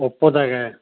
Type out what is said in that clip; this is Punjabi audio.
ਓਪੋ ਦਾ ਹੈਗਾ